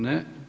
Ne.